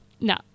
No